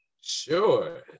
Sure